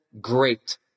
great